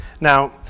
Now